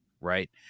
right